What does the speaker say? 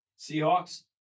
seahawks